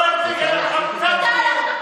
צניעות, לא תזיק לך קצת צניעות.